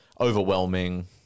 overwhelming